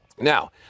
Now